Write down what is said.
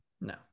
No